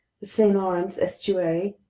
the st. lawrence estuary!